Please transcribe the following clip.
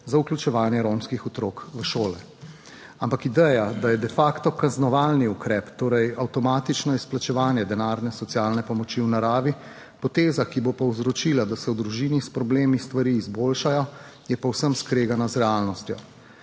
za vključevanje romskih otrok v šole. Ampak ideja, da je de facto kaznovalni ukrep, torej avtomatično izplačevanje denarne socialne pomoči v naravi poteza, ki bo povzročila, da se v družini s problemi stvari izboljšajo, je povsem skregana z realnostjo.